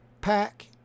pack